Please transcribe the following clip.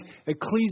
Ecclesiastes